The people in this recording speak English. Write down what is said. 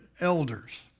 elders